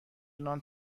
نان